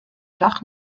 dach